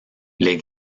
les